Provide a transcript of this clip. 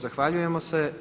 Zahvaljujemo se.